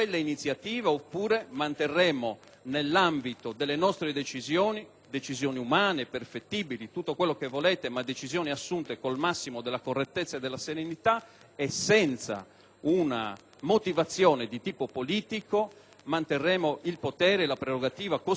decisioni - umane, perfettibili, tutto quel che volete, ma assunte con il massimo della correttezza e della serenità e senza una motivazione di tipo politico - il potere e la prerogativa costituzionale di questo Senato. Lo voglio dire con parole che non sono mie,